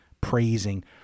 praising